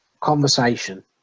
conversation